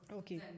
okay